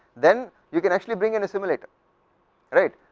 then you can actually bring any simulated right,